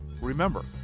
Remember